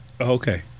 Okay